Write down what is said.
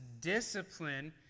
discipline